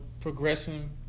progressing